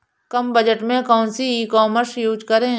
कम budget में कौन सी ई कॉमर्स यूज़ करें?